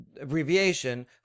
abbreviation